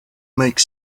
make